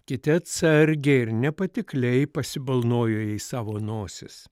kiti atsargiai ir nepatikliai pasibalnojo jais savo nosis